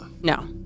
No